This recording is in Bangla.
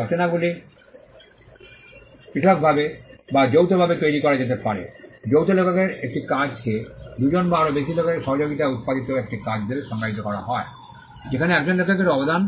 রচনাগুলি পৃথকভাবে বা যৌথভাবে তৈরি করা যেতে পারে যৌথ লেখকের একটি কাজকে দুজন বা আরও বেশি লেখকের সহযোগিতায় উত্পাদিত একটি কাজ হিসাবে সংজ্ঞায়িত করা হয় যেখানে একজন লেখকের অবদান